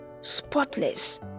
spotless